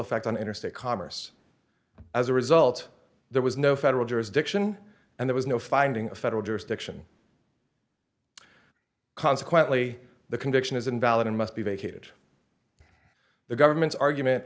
effect on interstate commerce as a result there was no federal jurisdiction and there was no finding a federal jurisdiction consequently the conviction is invalid and must be vacated the government's argument